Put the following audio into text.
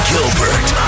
Gilbert